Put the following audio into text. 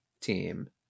Team